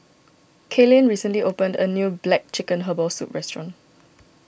Kaelyn recently opened a new Black Chicken Herbal Soup restaurant